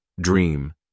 dream